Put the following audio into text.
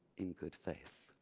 in good faith.